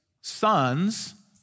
sons